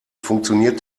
funktioniert